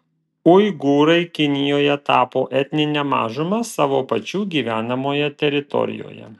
uigūrai kinijoje tapo etnine mažuma savo pačių gyvenamoje teritorijoje